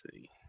see